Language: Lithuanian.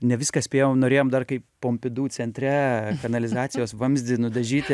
ne viską spėjau norėjom dar kaip pompidu centre kanalizacijos vamzdį nudažyti